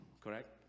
correct